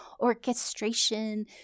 orchestration